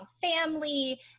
family